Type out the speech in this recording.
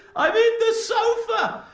i am in the sofa.